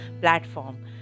platform